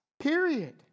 period